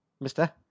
mister